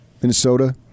Minnesota